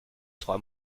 trois